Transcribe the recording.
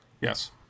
Yes